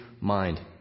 mind